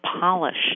polished